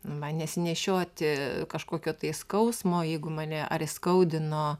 man nesinešioti kažkokio tai skausmo jeigu mane ar įskaudino